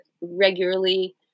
regularly